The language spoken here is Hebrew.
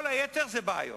כל היתר זה בעיות: